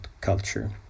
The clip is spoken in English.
culture